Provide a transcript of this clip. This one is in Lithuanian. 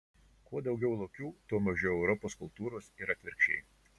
kuo daugiau lokių tuo mažiau europos kultūros ir atvirkščiai